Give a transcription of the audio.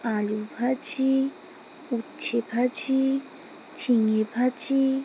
আলু ভাজি উচ্ছে ভাজি ঝিঙে ভাজি